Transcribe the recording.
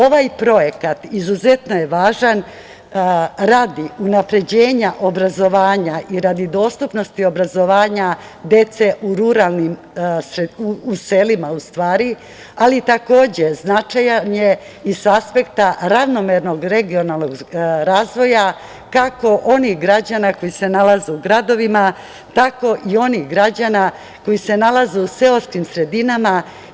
Ovaj projekat izuzetno je važan radi unapređenja obrazovanja i radi dostupnosti obrazovanja dece u selima, ali takođe značajan je i sa aspekta ravnomernog regionalnog razvoja, kako onih građana koji se nalaze u gradovima, tako i onih građana koji se nalaze u seoskim sredinama.